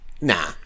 Nah